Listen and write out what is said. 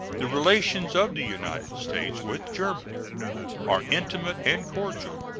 the relations of the united states with germany are intimate and cordial.